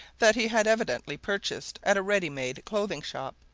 that he had evidently purchased at a ready-made-clothing shop,